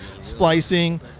splicing